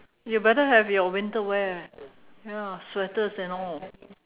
you better have your winter wear ya sweaters and all